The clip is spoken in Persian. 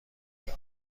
بیار